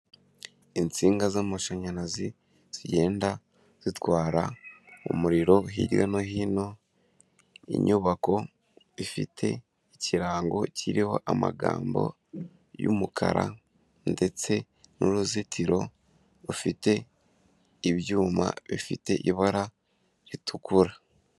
IInsinga z'amashanyarazi zigenda zitwara umuriro hirya no hino, inyubako ifite ikirango kiriho amagambo y'umukara ndetse n'uruzitiro rufite ibyuma bifite ibara ritukura.